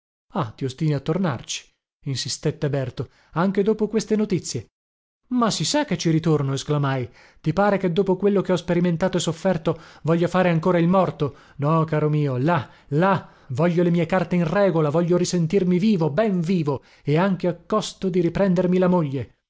ah ti ostini a tornarci insistette berto anche dopo queste notizie ma si sa che ci torno esclamai ti pare che dopo quello che ho sperimentato e sofferto voglia fare ancora il morto no caro mio là là voglio le mie carte in regola voglio risentirmi vivo ben vivo e anche a costo di riprendermi la moglie